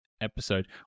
episode